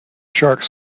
shark